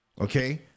Okay